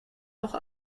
auch